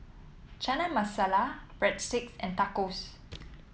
Chana Masala Breadsticks and Tacos